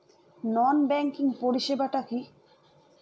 নন banking পরিষেবা টা কি?